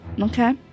okay